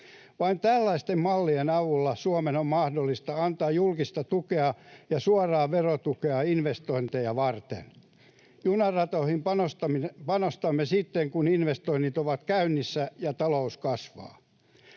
Vain tällaisten mallien avulla Suomen on mahdollista antaa julkista tukea ja suoraa verotukea investointeja varten. Junaratoihin panostamme sitten, kun investoinnit ovat käynnissä ja talous kasvaa.